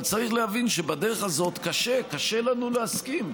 אבל צריך להבין שבדרך הזאת קשה, קשה לנו להסכים.